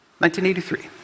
1983